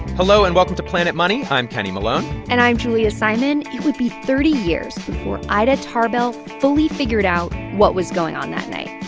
hello, and welcome to planet money. i'm kenny malone and i'm julia simon. it would be thirty years before ida tarbell fully figured out what was going on that night.